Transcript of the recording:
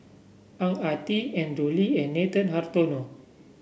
Ang Ah Tee Andrew Lee and Nathan Hartono